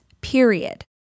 period